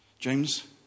James